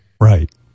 Right